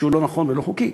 שהוא לא נכון ולא חוקי.